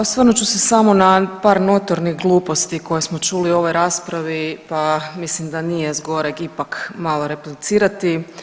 Osvrnut ću se samo na par notornih gluposti koje smo čuli u ovoj raspravi, pa mislim da nije zgoreg ipak malo replicirati.